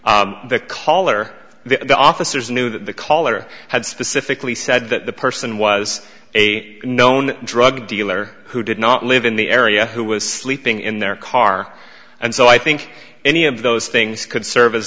the color the officers knew that the caller had specifically said that the person was a known drug dealer who did not live in the area who was sleeping in their car and so i think any of those things could serve as